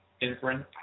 inference